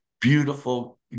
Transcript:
beautiful